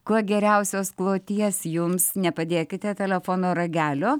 kuo geriausios kloties jums nepadėkite telefono ragelio